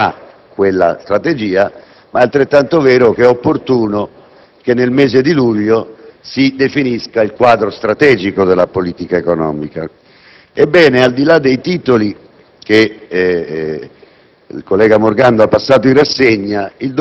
vero infatti che a settembre discuteremo il disegno di legge finanziaria, che incarnerà quella strategia, ma è altrettanto vero che è opportuno che nel mese di luglio si definisca il quadro strategico della politica economica. Ebbene, al di là dei titoli